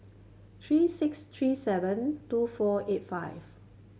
three six three seven two four eight five